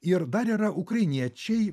ir dar yra ukrainiečiai